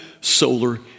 solar